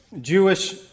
Jewish